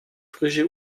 frische